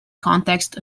context